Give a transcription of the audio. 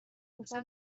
پسر